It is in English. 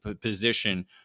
position